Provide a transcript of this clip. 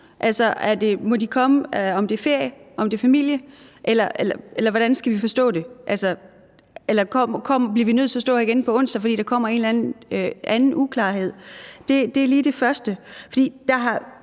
Må de komme ind, uanset om det er på ferie, familiebesøg, eller hvordan skal vi forstå det? Eller bliver vi nødt til at stå her igen på onsdag, fordi der opstår en anden uklarhed? Det er lige til det første.